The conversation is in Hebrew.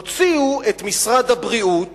הוציאו את משרד הבריאות